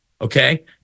Okay